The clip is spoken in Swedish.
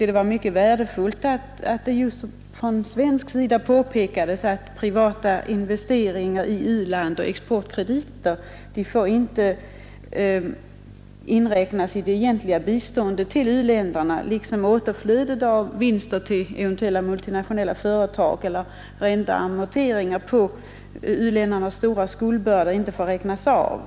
Det är mycket värdefullt att det just från svenskt håll påpekats att privata investeringar i och exportkredit till u-länder inte får inräknas i det egentliga biståndet till u-länderna liksom att inte heller återflödet av vinster till eventuella multinationella företag eller räntor och amorteringar på u-ländernas stora skuldbörda får räknas av.